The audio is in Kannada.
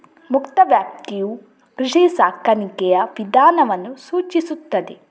ಮುಕ್ತ ವ್ಯಾಪ್ತಿಯು ಕೃಷಿ ಸಾಕಾಣಿಕೆಯ ವಿಧಾನವನ್ನು ಸೂಚಿಸುತ್ತದೆ